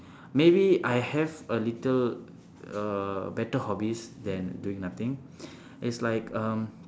maybe I have a little uh better hobbies than doing nothing it's like um